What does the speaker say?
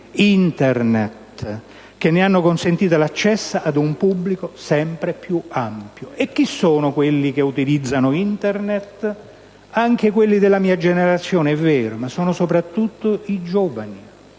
Internet - che ne hanno consentito l'accesso ad un pubblico sempre più ampio. E chi sono quelli che utilizzano Internet? Anche quelli della mia generazione, è vero, ma sono soprattutto i giovani,